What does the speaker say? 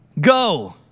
Go